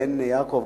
והן יעקב,